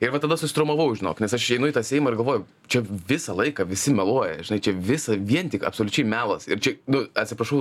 ir va tada susitraumavau žinok nes aš įeinu į tą seimą ir galvoju čia visą laiką visi meluoja žinai čia visa vien tik absoliučiai melas ir čia nu atsiprašau